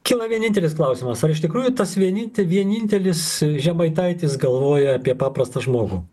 kyla vienintelis klausimas ar iš tikrųjų tas vieninte vienintelis žemaitaitis galvoja apie paprastą žmogų